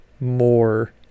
more